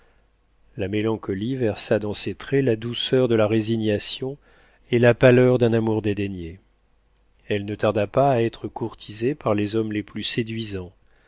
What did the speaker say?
la mélancolie versa dans ses traits la douceur de la résignation et la pâleur d'un amour dédaigné elle ne tarda pas à être courtisée par les hommes les plus séduisants